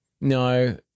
no